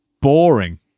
boring